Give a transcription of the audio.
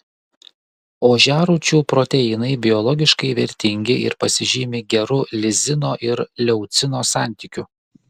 ožiarūčių proteinai biologiškai vertingi ir pasižymi geru lizino ir leucino santykiu